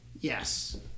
Yes